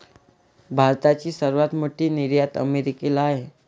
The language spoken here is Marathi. भारताची सर्वात मोठी निर्यात अमेरिकेला आहे